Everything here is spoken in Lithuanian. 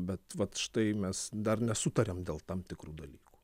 bet vat štai mes dar nesutariam dėl tam tikrų dalykų